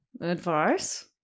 Advice